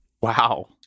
Wow